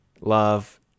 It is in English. Love